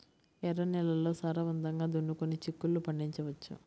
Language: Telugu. ఎర్ర నేలల్లో సారవంతంగా దున్నుకొని చిక్కుళ్ళు పండించవచ్చు